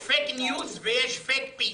יש פייק ניוז ויש פייק peace.